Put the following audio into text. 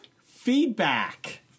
feedback